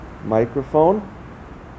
microphone